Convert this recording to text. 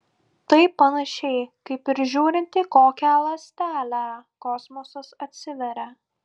tai panašiai kaip ir žiūrint į kokią ląstelę kosmosas atsiveria